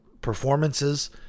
performances